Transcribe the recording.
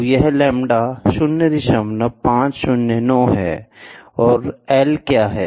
तो यह लैम्ब्डा 0509 है और L क्या है